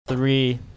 Three